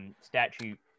statute